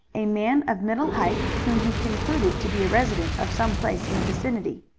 a man of middle height whom he concluded to be a resident of some place in the vicinity.